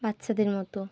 বাচ্চাদের মতো